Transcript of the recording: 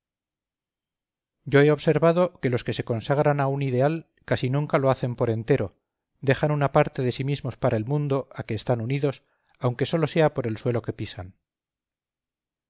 yo he observado que los que se consagran a un ideal casi nunca lo hacen por entero dejan una parte de sí mismos para el mundo a que están unidos aunque sólo sea por el suelo que pisan